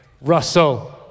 Russell